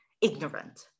ignorant